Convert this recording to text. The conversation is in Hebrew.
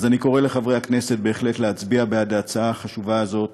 אני קורא לחברי הכנסת בהחלט להצביע בעד ההצעה החשובה הזאת